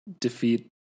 defeat